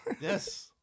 yes